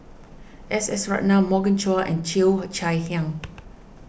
S S Ratnam Morgan Chua and Cheo Chai Hiang